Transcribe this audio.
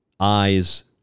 Eyes